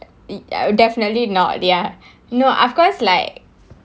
err ya definitely not ya no of course like